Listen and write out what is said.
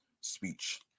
speech